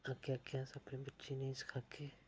अग्गें अग्गें अस अपने बच्चें गी नेईं सखागै